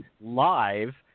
live –